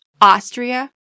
Austria